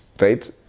right